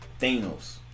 Thanos